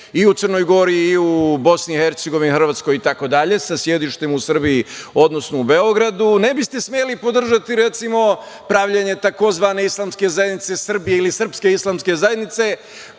i u Crnoj Gori i u Bosni i Hercegovini, Hrvatskoj itd, sa sedištem u Srbiji, odnosno u Beogradu, ne biste smeli podržati, recimo, pravljenje tzv. islamske zajednice Srbije ili srpske islamske zajednice